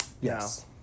Yes